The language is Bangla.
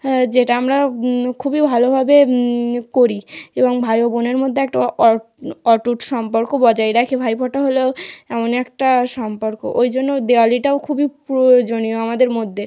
হ্যাঁ যেটা আমরা খুবই ভালোভাবে করি এবং ভাই ও বোনের মদ্যে একটা অ অট অটুট সম্পর্ক বজায় রাখি ভাইফোঁটা হলো এমনই একটা সম্পর্ক ওই জন্য দেওয়ালিটাও খুবই প্রয়োজনীয় আমাদের মদ্যে